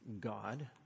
God